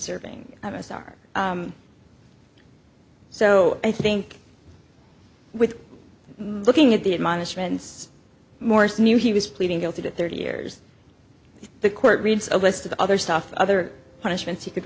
serving of us are so i think with looking at the admonishments morse knew he was pleading guilty to thirty years the court reads a list of other stuff other punishments he could